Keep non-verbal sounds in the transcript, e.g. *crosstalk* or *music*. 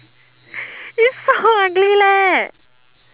*laughs* it's so ugly leh